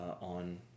on